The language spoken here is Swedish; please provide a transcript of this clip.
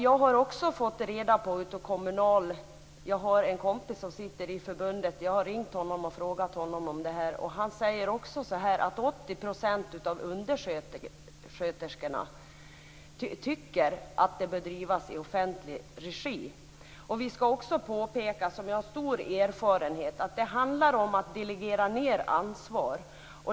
Jag har en kompis i Kommunals förbund som säger att 80 % av undersköterskorna tycker att vård bör bedrivas i offentlig regi. Vi har stor erfarenhet av att det handlar om att delegera ned ansvar.